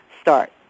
start